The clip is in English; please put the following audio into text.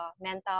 mental